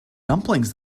dumplings